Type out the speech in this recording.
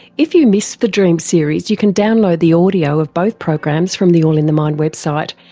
if you missed the dream series you can download the audio of both programs from the all in the mind website,